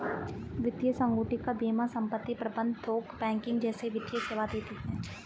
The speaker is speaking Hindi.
वित्तीय संगुटिका बीमा संपत्ति प्रबंध थोक बैंकिंग जैसे वित्तीय सेवा देती हैं